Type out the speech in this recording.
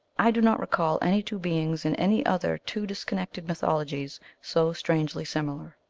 i do not recall any two beings in any other two disconnected mythologies so strangely similar.